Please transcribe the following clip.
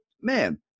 man